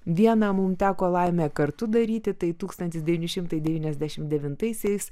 vieną mum teko laimė kartu daryti tai tūkstantis devyni šimtai devyniasdešimt devintaisiais